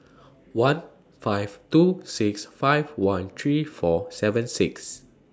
one five two six five one three four seven six